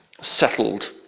settled